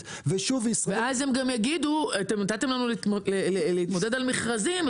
ושוב --- ואז הם גם יגידו: אתם נתתם לנו להתמודד על מכרזים,